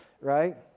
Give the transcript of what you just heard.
right